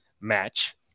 match